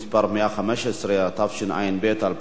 115), התשע"ב 2012,